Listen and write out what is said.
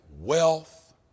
wealth